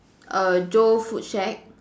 err Joe food shack